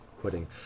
quitting